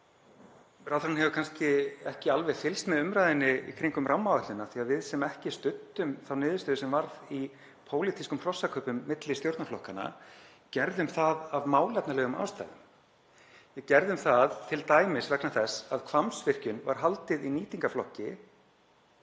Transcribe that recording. Ráðherrann hefur kannski ekki alveg fylgst með umræðunni í kringum rammaáætlun af því að við sem ekki studdum þá niðurstöðu sem varð í pólitískum hrossakaupum milli stjórnarflokkanna gerðum það af málefnalegum ástæðum. Við gerðum það t.d. vegna þess að Hvammsvirkjun var haldið í nýtingarflokki